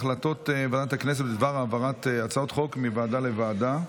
הודעת ועדת הכנסת בדבר העברת הצעות חוק מוועדה לוועדה.